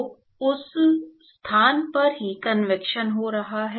तो उस स्थान पर ही कन्वेक्शन हो रहा है